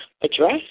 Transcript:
address